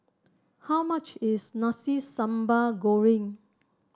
how much is Nasi Sambal Goreng